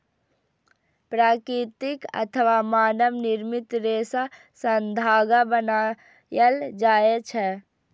प्राकृतिक अथवा मानव निर्मित रेशा सं धागा बनायल जाए छै